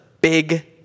big